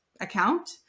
account